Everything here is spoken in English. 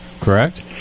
correct